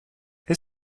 est